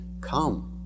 come